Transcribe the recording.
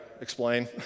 explain